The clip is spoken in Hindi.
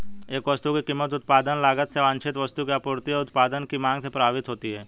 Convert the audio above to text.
एक वस्तु की कीमत उत्पादन लागत से वांछित वस्तु की आपूर्ति और उत्पाद की मांग से प्रभावित होती है